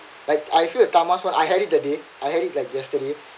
like I feel that tama's one I had it that day I had it like yesterday